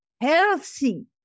healthy